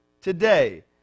today